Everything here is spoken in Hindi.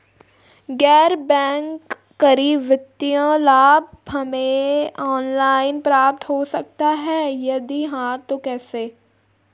गैर बैंक करी वित्तीय लाभ हमें ऑनलाइन प्राप्त हो सकता है यदि हाँ तो कैसे?